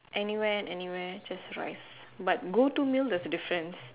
any when anywhere just rice but go to meal there is a difference